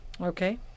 Okay